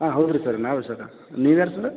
ಹಾಂ ಹೌದು ರೀ ಸರ್ ನಾವೇ ಸರ ನೀವು ಯಾರು ಸರ